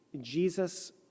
Jesus